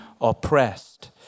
oppressed